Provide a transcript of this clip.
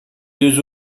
deux